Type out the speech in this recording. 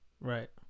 Right